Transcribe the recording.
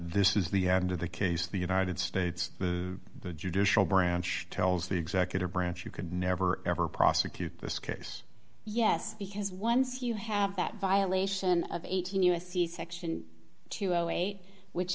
this is the end of the case the united states the judicial branch tells the executive branch you could never ever prosecute this case yes because once you have that violation of eighteen u s c section two hundred and eight which